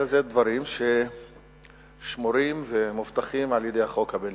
אלא זה דברים ששמורים ומובטחים על-ידי החוק הבין-לאומי.